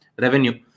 revenue